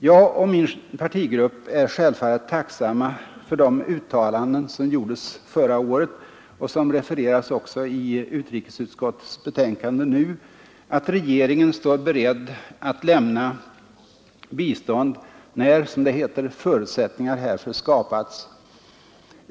Jag och min partigrupp är självfallet tacksamma för de uttalanden som gjordes förra året och som refereras också i utrikesutskottets betänkande nu; nämligen att regeringen står beredd att lämna bistånd när, som det heter, ”förutsättningar härför skapats”.